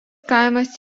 kaimas